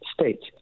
states